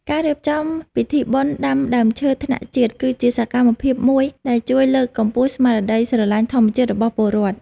ការរៀបចំពិធីបុណ្យដាំដើមឈើថ្នាក់ជាតិគឺជាសកម្មភាពមួយដែលជួយលើកកម្ពស់ស្មារតីស្រឡាញ់ធម្មជាតិរបស់ពលរដ្ឋ។